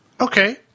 Okay